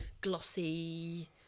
glossy